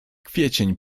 kwiecień